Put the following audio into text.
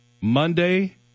Monday